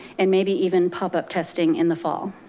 and maybe even pop-up testing in the fall.